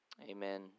Amen